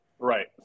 Right